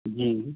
ਜੀ